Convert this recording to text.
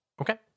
Okay